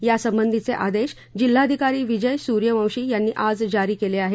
यासंबंधीचे आदेश जिल्हाधिकारी विजय सूर्यवंशी यांनी आज जारी केले आहेत